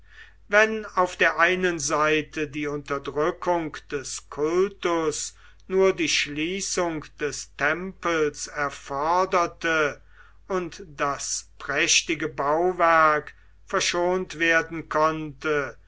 wenn auf der einen seite die unterdrückung des kultus nur die schließung des tempels erforderte und das prächtige bauwerk verschont werden konnte